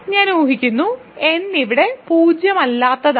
ഞാൻ ഊഹിക്കുന്നു n ഇവിടെ പൂജ്യമല്ലാത്തതാണ്